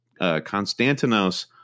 Constantinos